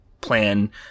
plan